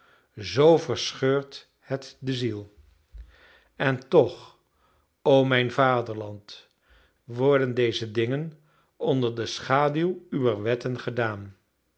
zoo verscheurt het de ziel en toch o mijn vaderland worden deze dingen onder de schaduw uwer wetten gedaan